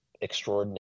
extraordinary